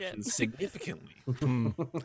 significantly